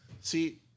See